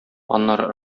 аннары